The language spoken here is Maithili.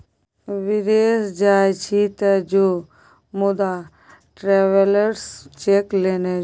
विदेश जाय छी तँ जो मुदा ट्रैवेलर्स चेक लेने जो